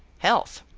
health!